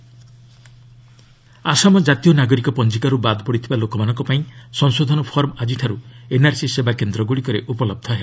Assam NRC Assam ଜାତୀୟ ନାଗରିକ ପଞ୍ଜିକାରୁ ବାଦ୍ ପଡ଼ିଥିବା ଲୋକମାନଙ୍କପାଇଁ ସଂଶୋଧନ ଫର୍ମ ଆଜିଠାରୁ ଏନ୍ଆର୍ସି ସେବାକେନ୍ଦ୍ରଗୁଡ଼ିକରେ ଉପଲହ୍ଧ ହେବ